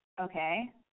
Okay